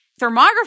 Thermography